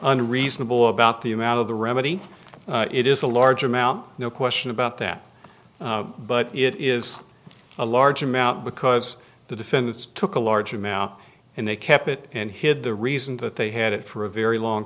unreasonable about the amount of the remedy it is a large amount no question about that but it is a large amount because the defendants took a large amount and they kept it and hid the reason that they had it for a very long